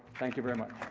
thank you very much.